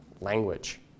Language